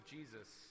Jesus